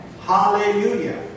Hallelujah